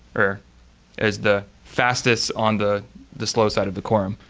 or as the fastest on the the slow side of the quorum.